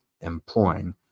employing